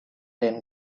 then